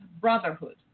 brotherhood